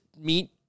meet